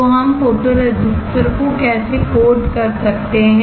तो हम फोटोरेसिस्टर को कैसे कोट कर सकते हैं